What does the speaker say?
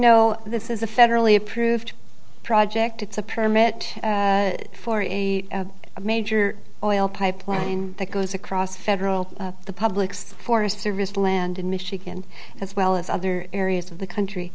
know this is a federally approved project it's a permit for a major oil pipeline that goes across federal the public's forest service land in michigan as well as other areas of the